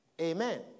Amen